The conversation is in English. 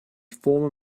former